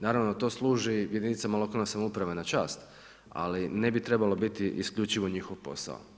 Naravno da to služi jedinicama lokalne samouprave, na čast, ali ne bi trebalo biti isključivo njihov posao.